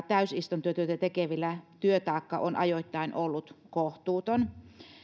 täysistuntotyötä tekevillä työtaakka on ajoittain ollut kohtuuton